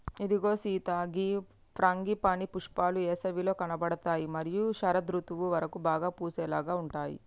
ఇగో సీత గీ ఫ్రాంగిపానీ పుష్పాలు ఏసవిలో కనబడుతాయి మరియు శరదృతువు వరకు బాగా పూసేలాగా ఉంటాయి